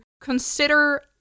consider